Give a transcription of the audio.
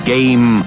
Game